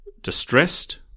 distressed